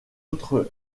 autre